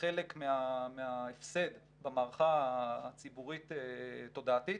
חלק מההפסד במערכה הציבורית תודעתית